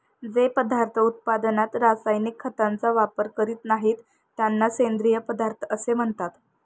जे पदार्थ उत्पादनात रासायनिक खतांचा वापर करीत नाहीत, त्यांना सेंद्रिय पदार्थ असे म्हणतात